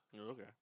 okay